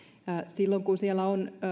silloin kun siellä on